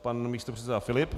Pan místopředseda Filip.